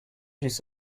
this